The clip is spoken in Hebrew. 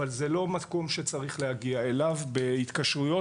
זה לא מקום שצריך להגיע אליו בהתקשרויות,